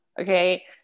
okay